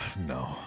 No